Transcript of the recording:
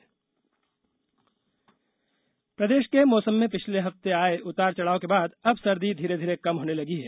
मौसम प्रदेश के मौसम में पिछले हफ्ते आए उतार चढाव के बाद अब सर्दी धीरे धीरे कम होने लगी है